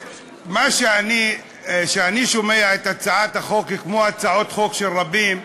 כשאני שומע את הצעת החוק, כמו הצעות חוק של רבים,